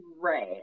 Right